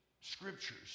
scriptures